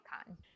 icon